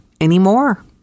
anymore